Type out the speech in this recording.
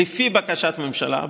לפי בקשת הממשלה,